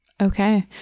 Okay